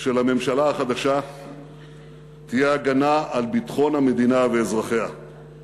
של הממשלה החדשה תהיה הגנה על ביטחון המדינה ואזרחיה.